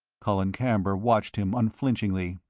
colin camber watched him unflinchingly.